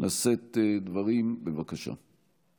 לשאת דברים, בבקשה.